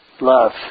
Love